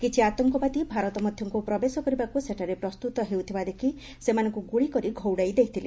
କିଛି ଆତଙ୍କବାଦୀ ଭାରତ ମଧ୍ୟକୁ ପ୍ରବେଶ କରିବାକୁ ସେଠାରେ ପ୍ରସ୍ତୁତ ହେଉଥିବା ଦେଖି ସେମାନଙ୍କୁ ଗୁଳି କରି ଘଉଡ଼ାଇ ଦେଇଥିଲେ